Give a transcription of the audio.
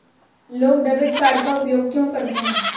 लोग debit card का उपयोग क्यों करते हैं?